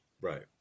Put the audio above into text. Right